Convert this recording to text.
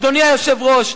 אדוני היושב-ראש,